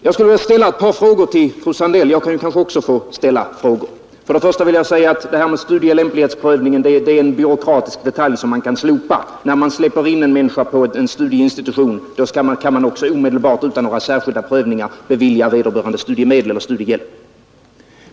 Jag skulle vilja ställa ett par frågor till fröken Sandell — jag kanske också kan få ställa frågor. För det första vill jag säga att det här med studielämplighetsprövningen är en byråkratisk detalj som man kan slopa. När man släpper in en människa på en studieinstitution, kan man också omedelbart utan några särskilda prövningar bevilja vederbörande studiemedel eller studiehjälp.